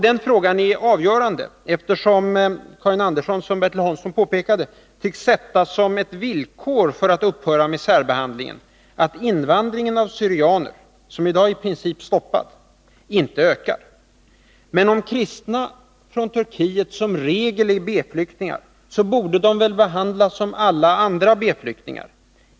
Den frågan är avgörande, eftersom Karin Andersson —-som Bertil Hansson påpekade — tycks sätta som ett villkor för att upphöra med särbehandlingen att invandringen av syrianer — som i dag i princip är stoppad — inte ökar. Men om kristna från Turkiet som regel är B-flyktingar, borde de väl behandlas som alla andra B-flyktingar?